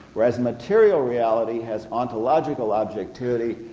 whereas material reality has ontological objectivity,